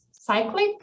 cyclic